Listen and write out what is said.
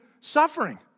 suffering